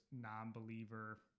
non-believer